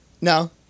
no